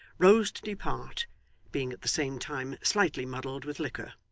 rose to depart being at the same time slightly muddled with liquor.